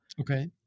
okay